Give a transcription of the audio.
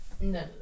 no